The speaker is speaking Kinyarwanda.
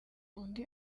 undi